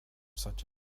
such